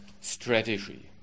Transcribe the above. strategy